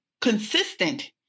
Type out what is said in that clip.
consistent